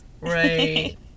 Right